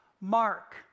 Mark